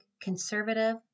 conservative